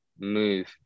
move